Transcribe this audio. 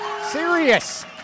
serious